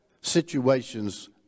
situations